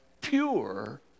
pure